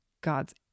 God's